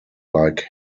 like